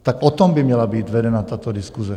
Tak o tom by měla být vedena tato diskuse.